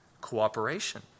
cooperation